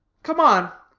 come on!